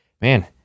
man